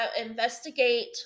investigate